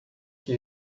que